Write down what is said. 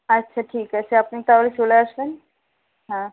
আচ্ছা ঠিক আছে আপনি তাহলে চলে আসবেন হ্যাঁ